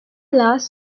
last